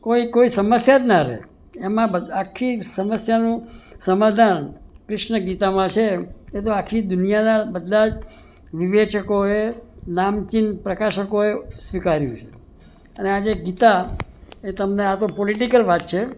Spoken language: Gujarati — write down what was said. કોઈ સમસ્યા જ ના રહે એમાં આખી સમસ્યાનું સમાધાન કૃષ્ણ ગીતામાં છે એતો આખી દુનિયાના બધા જ વિવેચકોએ નામચીન પ્રકાશકોએ સ્વીકાર્યું છે એટલે આજે ગીતા એટલે આ તો પોલિટિકલ વાત છે